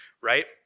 right